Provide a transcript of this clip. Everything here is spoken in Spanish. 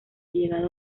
llegado